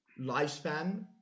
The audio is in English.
lifespan